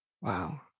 Wow